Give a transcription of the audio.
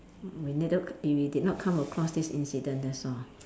mm we needed if we did not come across this incident that's all